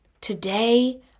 Today